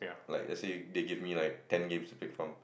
like let's say they give me like ten games to pick from